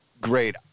great